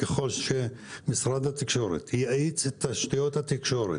ככל שמשרד התקשורת יאיץ את תשתיות התקשורת,